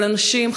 אבל אנשים,